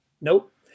Nope